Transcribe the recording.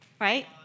right